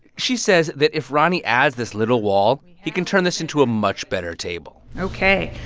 she says that if roni adds this little wall, he can turn this into a much better table ok,